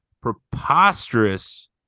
preposterous